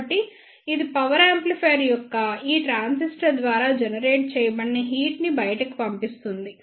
కాబట్టి ఇది power amplifier యొక్క ఈ ట్రాన్సిస్టర్ ద్వారా జెనరేట్ చేయబడిన హీట్ ని బయటకు పంపిస్తుంది